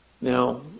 Now